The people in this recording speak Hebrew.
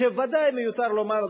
שוודאי מיותר לומר,